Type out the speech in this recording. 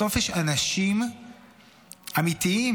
בסוף יש אנשים אמיתיים,